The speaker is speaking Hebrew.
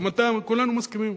גם אתה, כולנו מסכימים.